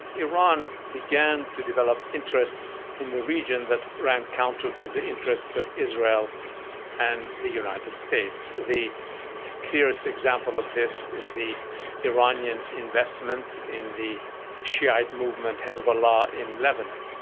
iran began to develop interests in the region that ran counter to the interests of israel and the united states. the clearest example of this is the iranian investment in the shiite movement hezbollah in lebanon.